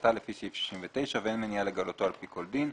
החלטה לפי סעיף 69 ואין מניעה לגלותו על פי כל דין.